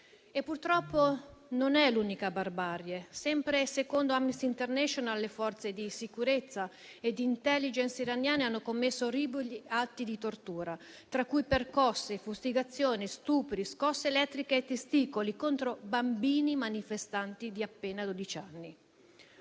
Purtroppo non è l'unica barbarie. Sempre secondo Amnesty International, le forze di sicurezza e di *intelligence* iraniane hanno commesso orribili atti di tortura, tra cui percosse, fustigazioni, stupri, scosse elettriche ai testicoli contro bambini manifestanti di appena dodici anni.